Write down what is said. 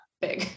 big